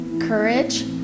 courage